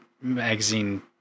magazine